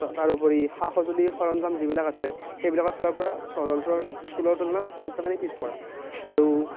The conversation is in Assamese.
তাৰোপৰি সা সঁজুলি সৰঞ্জাম যিবিলাক আছে সেইবিলাকৰ ফালৰ পৰা চহৰ অঞ্চলৰ স্কুলৰ তুলনাত যথেষ্টখিনি পিছপৰা আৰু